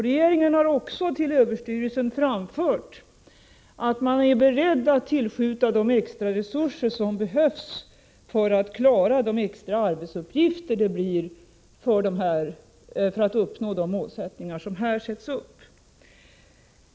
Regeringen har också till överstyrelsen framfört att man är beredd att tillskjuta de extraresurser som behövs för att klara de extra arbetsuppgifter som krävs för att vi skall uppnå de mål som här satts upp.